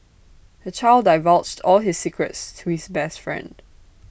the child divulged all his secrets to his best friend